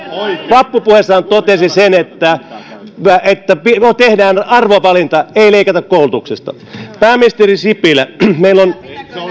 vappupuheessaan totesi että että tehdään arvovalinta ei leikata koulutuksesta pääministeri sipilä meillä on